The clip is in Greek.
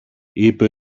είπε